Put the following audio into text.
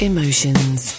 Emotions